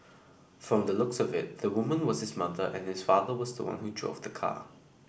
from the looks of it the woman was his mother and his father was the one who drove the car